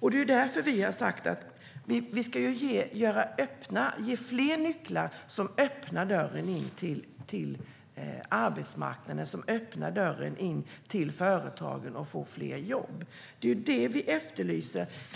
Det är därför vi har sagt att vi ska ge fler nycklar som öppnar dörren in till arbetsmarknaden och till företagen och som leder till fler jobb. Det är det vi efterlyser.